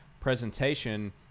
presentation